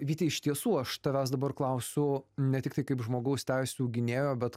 vyti iš tiesų aš tavęs dabar klausiu netiktai kaip žmogaus teisių gynėjo bet